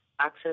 access